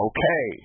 Okay